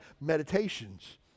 meditations